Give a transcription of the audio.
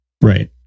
Right